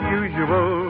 usual